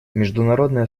международное